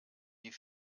die